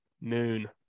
noon